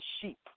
sheep